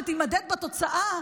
שתימדד בתוצאה,